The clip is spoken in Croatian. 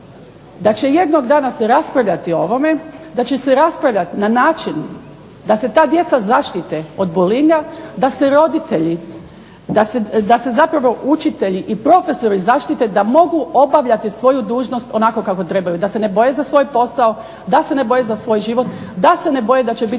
da će jednog dana se raspravljati o ovome, da će se raspravljati na način da se ta djeca zaštite od …/Govornica se ne razumije./… da se roditelji, da se zapravo učitelji i profesori zaštite da mogu obavljati svoju dužnost onako kako trebaju, da se ne boje za svoj posao, da se ne boje za svoj život, da se ne boje da će biti